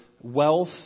wealth